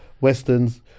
Western's